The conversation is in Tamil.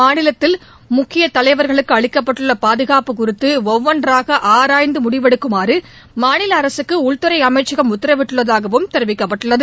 மாநிலத்தில் முக்கியதலைவர்களுக்குஅளிக்கப்பட்டுள்ளபாதுகாப்பு குறித்துஒவ்வொன்றாகஆராய்ந்துமுடிவெடுக்குமாறுமாநிலஅரசுக்குஉள்துறைஅமைச்சகம் உத்தரவிட்டுள்ளதாகவும் தெரிவிக்கப்பட்டுள்ளது